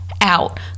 out